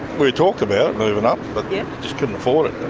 we talked about it, moving up, but just couldn't afford it.